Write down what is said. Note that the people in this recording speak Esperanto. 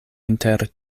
inter